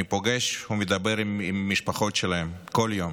אני פוגש ומדבר עם המשפחות שלהם כל יום